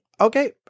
Okay